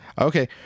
Okay